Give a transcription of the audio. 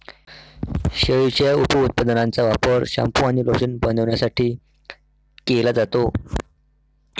शेळीच्या उपउत्पादनांचा वापर शॅम्पू आणि लोशन बनवण्यासाठी केला जातो